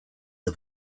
the